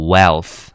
Wealth